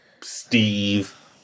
Steve